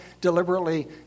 deliberately